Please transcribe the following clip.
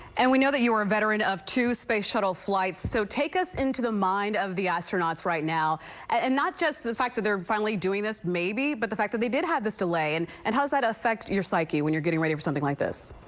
and we know that you're a veteran of two space shuttle flights so take us into the mind of the astronauts right now and not just the fact that they're finally doing this maybe but the fact that they did have this delay and and how's that affect your psyche when you're getting ready for something like this.